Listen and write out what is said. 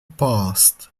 passed